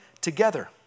together